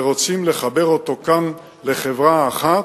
ורוצים לחבר אותו כאן לחברה אחת.